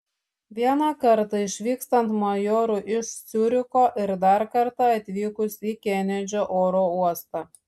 vieną kartą išvykstant majorui iš ciuricho ir dar kartą atvykus į kenedžio oro uostą